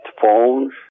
phones